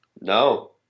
No